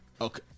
Okay